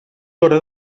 hora